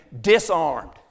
disarmed